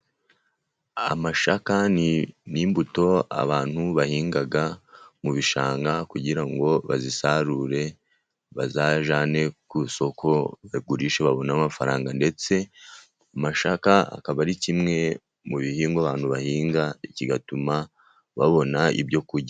Amasaka ni imbuto abantu bahinga mu bishanga kugira ngo bayasarure, bazayajyane ku isoko, bagurishe, babone amafaranga, ndetse amasaka akaba ari kimwe mu bihingwa abantu bahinga, kigatuma babona ibyo kurya.